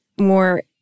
more